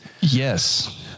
Yes